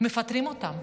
מפטרים אותן,